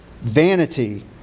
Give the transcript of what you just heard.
vanity